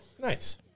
Nice